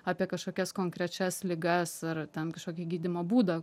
apie kažkokias konkrečias ligas ar ten kažkokį gydymo būdą